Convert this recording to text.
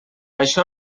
això